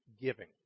giving